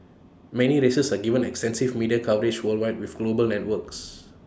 many races are given extensive media coverage worldwide with global networks